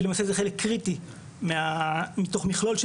למעשה זה חלק קריטי מתוך מכלול של